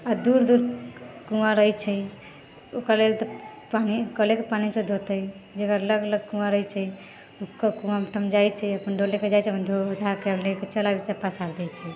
आओर दूर दूर कुआँ रहै छै ओकरे लेल तऽ पानी कलेके पानीसँ धोतै जकर लग लग कुआँ रहै छै ओकर कुआँ ओहिठाम जाइ छै अपन डोल लऽ कऽ जाइ छै अपन धो धा कऽ लऽ आइ छै सब पसारि दै छै